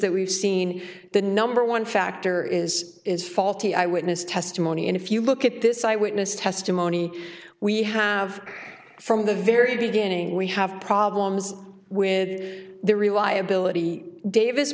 that we've seen the number one factor is is faulty eyewitness testimony and if you look at this eyewitness testimony we have from the very beginning we have problems with the reliability davis